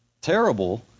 terrible